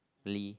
~ly